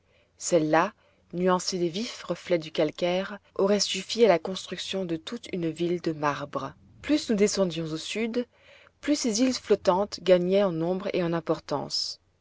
celles-là nuancées des vifs reflets du calcaire auraient suffi à la construction de toute une ville de marbre plus nous descendions au sud plus ces îles flottantes gagnaient en nombre et en importance